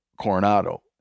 Coronado